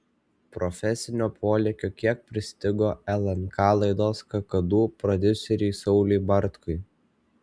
profesinio polėkio kiek pristigo lnk laidos kakadu prodiuseriui sauliui bartkui